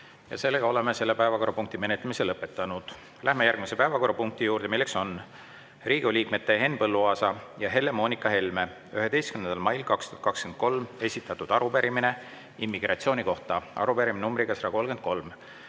Oleme selle päevakorrapunkti menetlemise lõpetanud. Läheme järgmise päevakorrapunkti juurde, milleks on Riigikogu liikmete Henn Põlluaasa ja Helle-Moonika Helme 11. mail 2023 esitatud arupärimine immigratsiooni kohta. Arupärimine number 133.